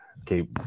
okay